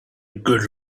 good